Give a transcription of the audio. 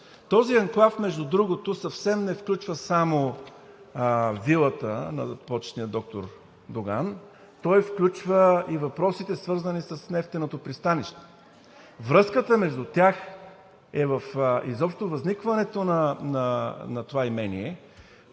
Този анклав, между другото, съвсем не включва само вилата на почетния доктор Доган, той включва и въпросите, свързани с нефтеното пристанище. Връзката между тях е в изобщо възникването на това имение,